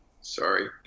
Sorry